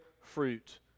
fruit